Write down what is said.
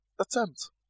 attempt